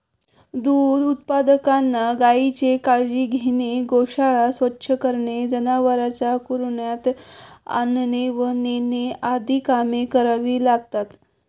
दूध उत्पादकांना गायीची काळजी घेणे, गोशाळा स्वच्छ करणे, जनावरांना कुरणात आणणे व नेणे आदी कामे करावी लागतात